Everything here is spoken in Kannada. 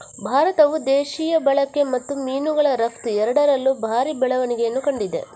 ಭಾರತವು ದೇಶೀಯ ಬಳಕೆ ಮತ್ತು ಮೀನುಗಳ ರಫ್ತು ಎರಡರಲ್ಲೂ ಭಾರಿ ಬೆಳವಣಿಗೆಯನ್ನು ಕಂಡಿದೆ